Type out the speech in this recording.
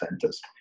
centers